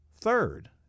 third